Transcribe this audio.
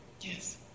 Yes